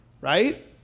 right